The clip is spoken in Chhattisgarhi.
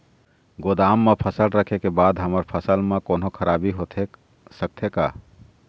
गोदाम मा फसल रखें के बाद हमर फसल मा कोन्हों खराबी होथे सकथे का?